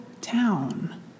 town